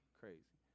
crazy